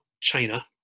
China